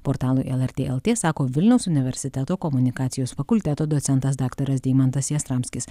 portalui lrt lt sako vilniaus universiteto komunikacijos fakulteto docentas daktaras deimantas jastramskis